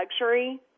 luxury